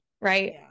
right